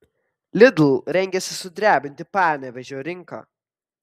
lidl rengiasi sudrebinti panevėžio rinką